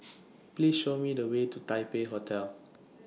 Please Show Me The Way to Taipei Hotel